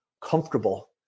comfortable